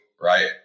right